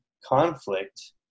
Conflict